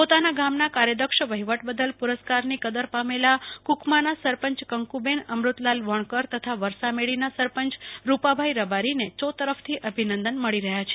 પોતાના ગામ ના કાર્યદક્ષ વહીવટ બદલ પુ રસ્કાર ની કદર પામેલા કુકમાના સરપંચ કંકુબેન અમૃતલાલ વણકર તથા વરસામેડીના સરપંચ રૂપાભાઈ રબારીત્તિ ચોતરફ થી અભીનંદન મળી રહ્યા છે